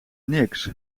niks